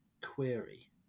query